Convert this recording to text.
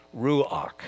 Ruach